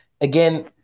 again